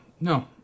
No